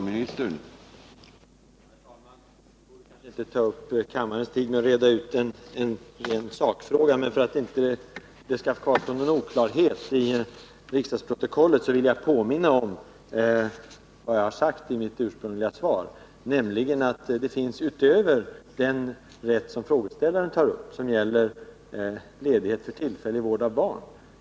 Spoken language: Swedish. Herr talman! Men man vill ju få en kontinuitet i verksamheten att besöka fritidshem. Den här enda dagen skall också gälla för besök i skolan.